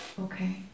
Okay